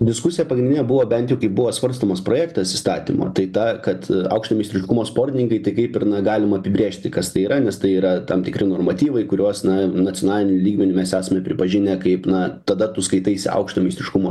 diskusija pagrindinė buvo bent jau kai buvo svarstomas projektas įstatymo tai ta kad aukšto meistriškumo sportininkai tai kaip ir na galim apibrėžti kas tai yra nes tai yra tam tikri normatyvai kuriuos na nacionaliniu lygmeniu mes esame pripažinę kaip na tada tu skaitaisi aukšto meistriškumo